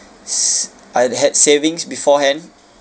s~ I'd had savings beforehand